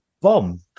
bomb